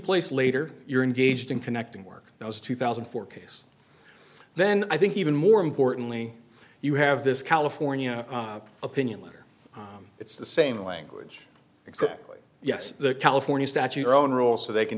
placed later you're engaged in connecting work those two thousand and four case then i think even more importantly you have this california opinion letter it's the same language exactly yes the california statute your own role so they can